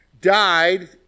died